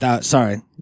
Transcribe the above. Sorry